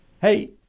Hey